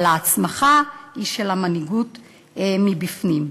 אבל ההצמחה היא של המנהיגות מבפנים.